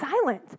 silent